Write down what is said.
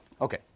Okay